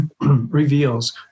reveals